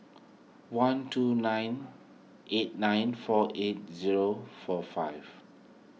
one two nine eight nine four eight zero four five